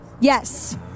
Yes